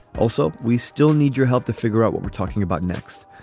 also, we still need your help to figure out what we're talking about next.